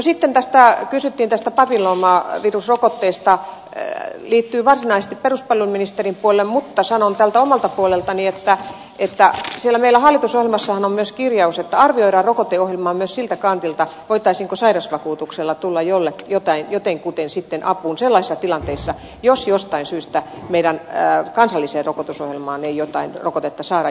no sitten kysyttiin tästä papilloomavirusrokotteesta joka liittyy varsinaisesti peruspalveluministerin puolelle mutta sanon tältä omalta puoleltani että siellä meillä hallitusohjelmassahan on myös kirjaus että arvioidaan rokoteohjelmaa myös siltä kantilta voitaisiinko sairausvakuutuksella tulla jotenkuten sitten apuun sellaisissa tilanteissa jos jostain syystä meidän kansalliseen rokotusohjelmaan ei jotain rokotetta saada